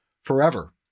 forever